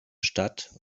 stadt